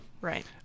right